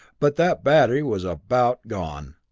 but that battery was about gone!